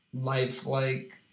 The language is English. lifelike